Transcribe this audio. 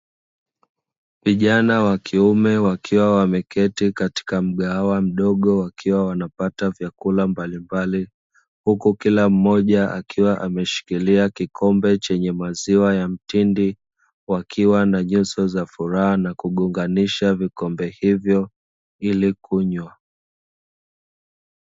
Vijana wa kiume wakiwa wameketi katika mgahawa mdogo wakiwa wanapata vyakula mbalimbali, huku kila mmoja akiwa ameshikilia kikombe chenye maziwa ya mtindi, wakiwa na nyuso za furaha na kugonganisha vikombe hivyo ili kunywa.